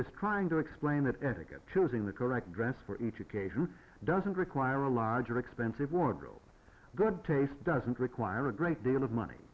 is trying to explain that etiquette chilling the correct dress for each occasion doesn't require a larger expensive wardrobe good taste doesn't require a great deal of money